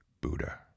Buddha